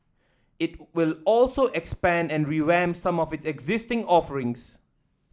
it will also expand and revamp some of its existing offerings